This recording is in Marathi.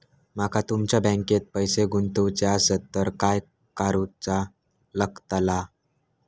माका तुमच्या बँकेत पैसे गुंतवूचे आसत तर काय कारुचा लगतला?